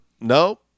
No